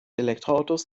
elektroautos